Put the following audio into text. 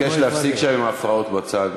אני מבקש להפסיק את ההפרעות שם בצד.